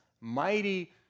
mighty